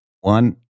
One